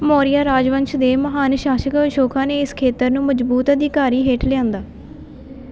ਮੌਰੀਆ ਰਾਜਵੰਸ਼ ਦੇ ਮਹਾਨ ਸ਼ਾਸਕ ਅਸ਼ੋਕਾ ਨੇ ਇਸ ਖੇਤਰ ਨੂੰ ਮਜ਼ਬੂਤ ਅਧਿਕਾਰੀ ਹੇਠ ਲਿਆਂਦਾ